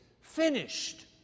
finished